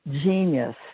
genius